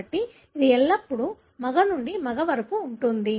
కాబట్టి ఇది ఎల్లప్పుడూ మగ నుండి మగ వరకు ఉంటుంది